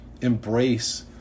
embrace